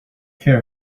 care